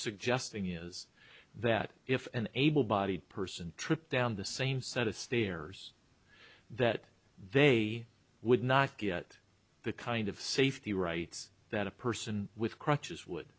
suggesting is that if an able bodied person trip down the same set of stairs that they would not get the kind of safety rights that a person with crutches would